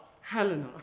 Helena